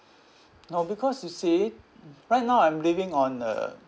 no because you see right now I'm living on a